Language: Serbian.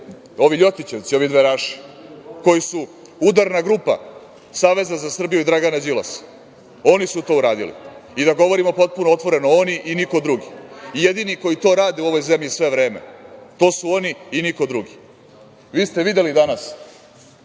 ovi Ljotićevci, ovi dveraši koji su udarna grupa Saveza za Srbiju i Dragana Đilasa, oni su to uradili i da govorimo potpuno otvoreno oni i niko drugi, i jedini koji to rade u ovoj zemlji sve vreme, to su oni i niko drugi. Vi ste videli danas